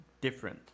different